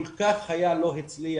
כל כך לא הצליח.